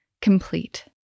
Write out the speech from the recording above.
complete